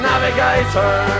Navigator